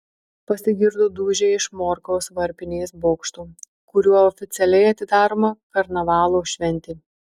pasigirdo dūžiai iš morkaus varpinės bokšto kuriuo oficialiai atidaroma karnavalo šventė